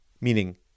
Meaning